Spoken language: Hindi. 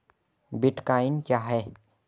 बिटकॉइन क्या है?